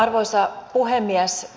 arvoisa puhemies